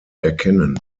erkennen